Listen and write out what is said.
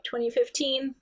2015